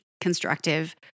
constructive